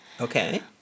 okay